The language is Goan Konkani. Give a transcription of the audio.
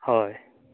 हय